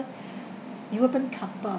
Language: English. european couple